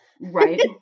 Right